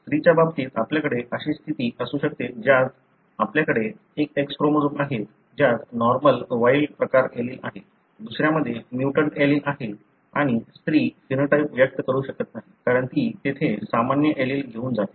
स्त्रीच्या बाबतीत आपल्याकडे अशी स्थिती असू शकते ज्यात आपल्याकडे एक X क्रोमोझोम आहे ज्यात नॉर्मल वाइल्ड प्रकार एलील आहे दुसऱ्यामध्ये म्युटंट एलील आहे आणि स्त्री फिनोटाइप व्यक्त करू शकत नाही कारण ती तेथे सामान्य एलील घेऊन जाते